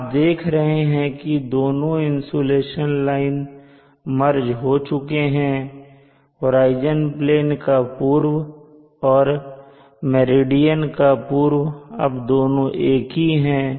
आप देख रहे हैं कि दोनों इंसुलेशन लाइन मर्ज हो चुके हैं होराइजन प्लेन का पूर्व और मेरिडियन का पूर्व अब दोनों एक ही हैं